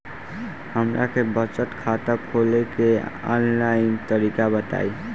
हमरा के बचत खाता खोले के आन लाइन तरीका बताईं?